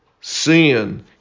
sin